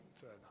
further